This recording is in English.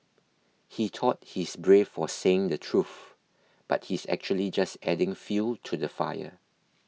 he thought he's brave for saying the truth but he's actually just adding fuel to the fire